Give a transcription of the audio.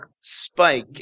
Spike